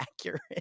accurate